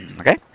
Okay